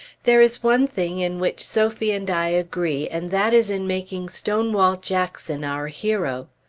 there is one thing in which sophie and i agree, and that is in making stonewall jackson our hero.